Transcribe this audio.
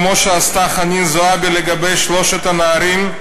כמו שעשתה חנין זועבי לגבי שלושת הנערים,